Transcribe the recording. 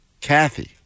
Kathy